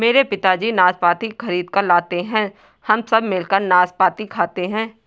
मेरे पिताजी नाशपाती खरीद कर लाते हैं हम सब मिलकर नाशपाती खाते हैं